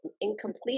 Incomplete